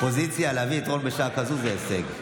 אופוזיציה, להביא את רון בשעה כזו זה הישג.